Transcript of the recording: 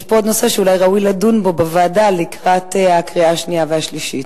יש פה נושא שאולי ראוי לדון בו בוועדה לקראת הקריאה השנייה והשלישית.